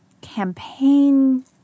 campaign